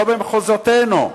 לא במחוזותינו.